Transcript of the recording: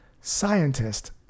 scientist